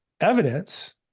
evidence